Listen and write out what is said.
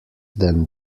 than